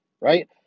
right